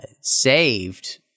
saved